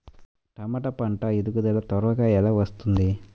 టమాట పంట ఎదుగుదల త్వరగా ఎలా వస్తుంది?